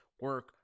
Work